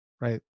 Right